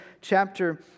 chapter